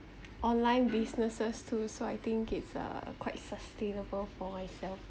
online businesses too so I think it's uh quite sustainable for myself